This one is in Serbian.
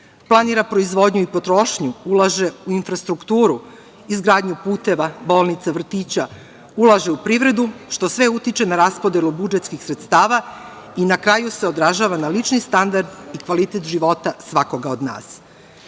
planira proizvodnju i potrošnju, ulaže u infrastrukturu, izgradnju puteva, bolnica, vrtića, ulaže u privredu, što sve utiče na raspodelu budžetskih sredstava i na kraju se odražava na lični standard i kvalitet života svakoga od